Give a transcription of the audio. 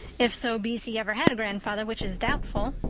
if so be's he ever had a grandfather, which is doubtful.